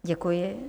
Děkuji.